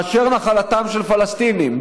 מאשר נחלתם של פלסטינים.